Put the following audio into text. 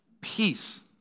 Peace